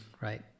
right